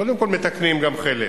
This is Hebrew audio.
קודם כול מתקנים גם חלק.